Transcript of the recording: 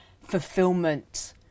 fulfillment